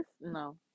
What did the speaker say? No